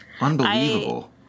Unbelievable